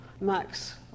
Max